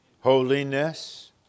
holiness